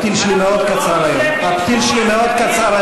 נא לשבת.